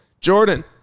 jordan